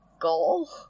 goal